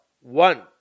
one